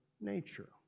nature